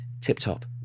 tip-top